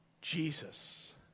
Jesus